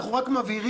אנחנו רק מבהירים,